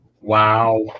Wow